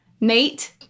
Nate